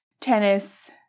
tennis